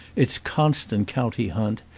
its constant county hunt,